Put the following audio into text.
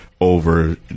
over